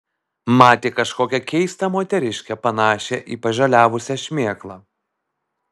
matė kažkokią keistą moteriškę panašią į pažaliavusią šmėklą